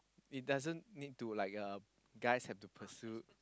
it doesn't need to like uh guys have to pursue